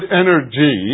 energy